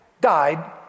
died